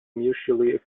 mutually